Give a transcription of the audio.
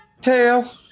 tail